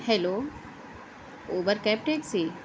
hello Uber cab taxi